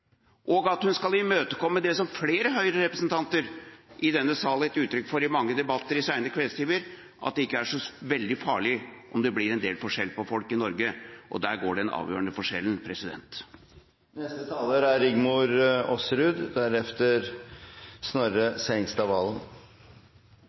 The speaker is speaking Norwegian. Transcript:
– at hun skal skjerme de rike, og at hun skal imøtekomme det som flere Høyre-representanter i denne sal har gitt uttrykk for i mange debatter i sene kveldstimer: at det ikke er så veldig farlig om det blir en del forskjell på folk i Norge? Der går den avgjørende forskjellen.